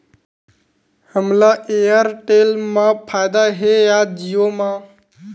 हमला एयरटेल मा फ़ायदा हे या जिओ मा?